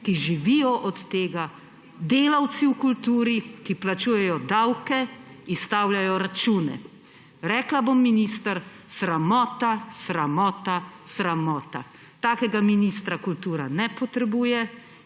ki živijo od tega, delavci v kulturi, ki plačujejo davke, izstavljajo račune. Rekla bom, minister: sramota, sramota, sramota. Takega ministra kultura ne potrebuje.